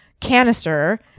canister